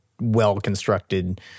well-constructed